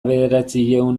bederatziehun